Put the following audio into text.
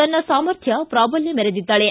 ತನ್ನ ಸಾಮರ್ಥ್ಯ ಪ್ರಾಬಲ್ಯ ಮೆರೆದಿದ್ದಾಳೆ